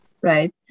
right